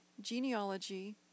genealogy